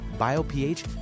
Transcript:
BioPH